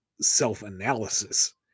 self-analysis